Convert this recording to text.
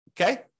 okay